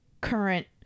current